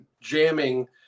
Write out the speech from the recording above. jamming